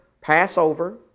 Passover